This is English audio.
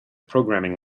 programming